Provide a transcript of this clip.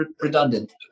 redundant